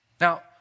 Now